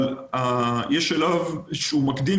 אבל יש שלב שהוא מקדים,